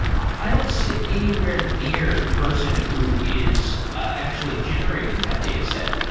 i don't sit anywhere near the person who is actually generating that dataset.